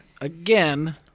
again